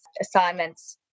assignments